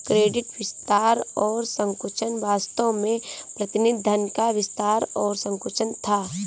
credit विस्तार और संकुचन वास्तव में प्रतिनिधि धन का विस्तार और संकुचन था